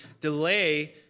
delay